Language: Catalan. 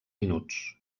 minuts